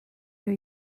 new